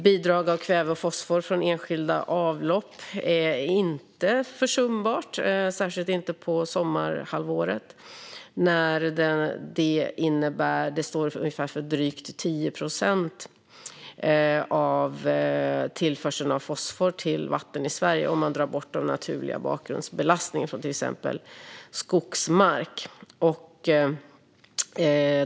Bidragen av kväve och fosfor från enskilda avlopp är inte försumbara, särskilt inte under sommarhalvåret. De står för drygt 10 procent av tillförseln av fosfor till vatten i Sverige om man drar bort den naturliga bakgrundsbelastningen från till exempel skogsmark.